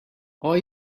are